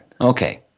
Okay